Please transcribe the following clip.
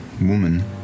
woman